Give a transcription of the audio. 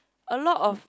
a lot of